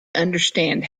understand